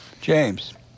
James